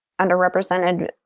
underrepresented